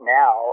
now